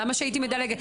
למה שהייתי מדלגת?